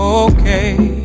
okay